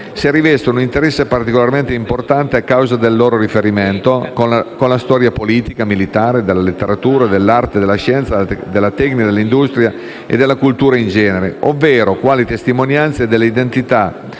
se rivestono un interesse particolarmente importante a causa del loro riferimento con la storia politica, militare, della letteratura, dell'arte, della scienza, della tecnica, dell'industria e della cultura in genere, ovvero quali testimonianze dell'identità